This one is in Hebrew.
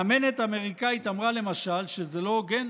מאמנת אמריקאית אמרה, למשל, שזה לא הוגן,